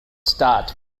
start